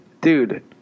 dude